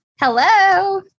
Hello